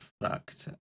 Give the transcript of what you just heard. fucked